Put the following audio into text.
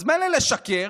אז מילא לשקר,